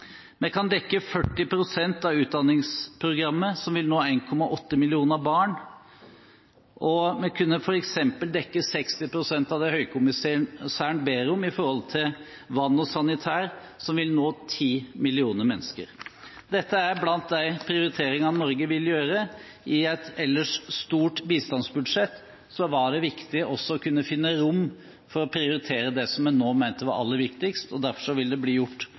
vi kunne dekke 40 pst. av utdanningsprogrammet for 1,8 millioner barn, eller vi kunne dekke 60 pst. av det høykommissæren ber om når det gjelder vann og sanitær for ti millioner mennesker. Dette er blant de prioriteringene Norge vil gjøre. I et ellers stort bistandsbudsjett var det viktig å finne rom for å prioritere det vi nå mener er aller viktigst, og derfor vil det bli